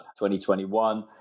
2021